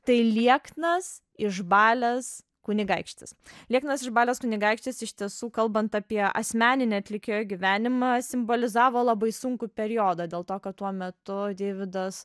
tai lieknas išbalęs kunigaikštis lieknas išbalęs kunigaikštis iš tiesų kalbant apie asmeninį atlikėjo gyvenimą simbolizavo labai sunkų periodą dėl to kad tuo metu deividas